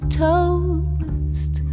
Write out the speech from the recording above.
toast